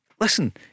listen